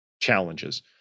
challenges